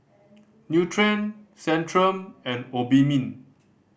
Nutren Centrum and Obimin